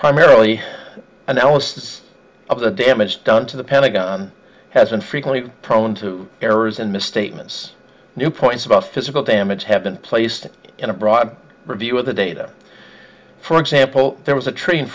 primarily analysis of the damage done to the pentagon has been frequently prone to errors and misstatements new points about physical damage have been placed in a broad review of the data for example there was a tree in